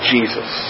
Jesus